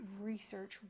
research